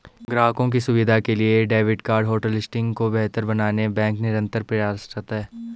ग्राहकों की सुविधा के लिए डेबिट कार्ड होटलिस्टिंग को बेहतर बनाने बैंक निरंतर प्रयासरत है